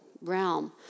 realm